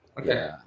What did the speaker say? okay